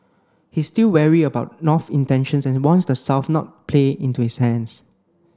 he still wary about North's intentions and warns the South not play into its hands